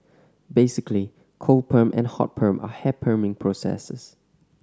basically cold perm and hot perm are hair perming processes